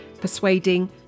persuading